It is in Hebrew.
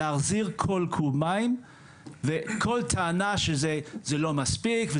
להחזיר כל קוב מים וכל טענה שזה לא מספיק,